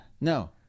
No